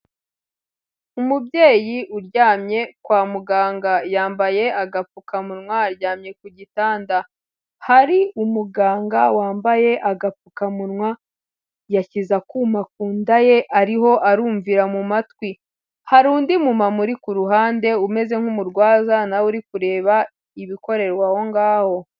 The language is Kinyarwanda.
Umubyeyi uryamye kwa muganga yambaye agapfukamunwa aryamye ku gitanda, hari umuganga wambaye agapfukamunwa, yashyize akuma ku nda ye ariho arumvira mu matwi, hari undi mumama uri ku ruhande umeze nk'umurwaza nawe uri kureba ibikorerwa aho ngaho.